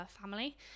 family